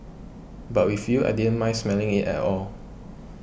but with you I didn't mind smelling it at all